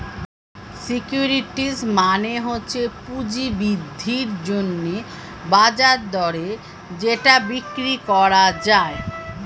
securities মানে হচ্ছে পুঁজি বৃদ্ধির জন্যে বাজার দরে যেটা বিক্রি করা যায়